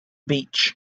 beach